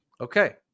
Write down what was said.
Okay